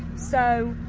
so,